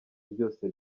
byose